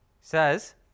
says